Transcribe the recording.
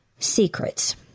Secrets